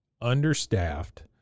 understaffed